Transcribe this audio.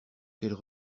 qu’elle